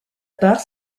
part